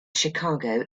chicago